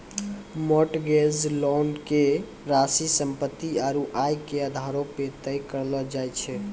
mortgage loan के राशि सम्पत्ति आरू आय के आधारो पे तय करलो जाय छै